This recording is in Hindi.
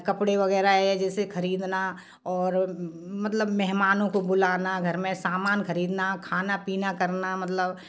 कपड़े वग़ैरह है जैसे ख़रीदना और मतलब मेहमानों को बुलाना घर में सामान ख़रीदना खाना पीना करना मतलब